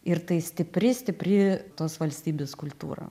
ir tai stipri stipri tos valstybės kultūra